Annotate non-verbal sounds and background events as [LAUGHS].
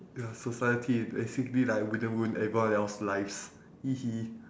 ya society basically like with uh with everyone else lives [LAUGHS]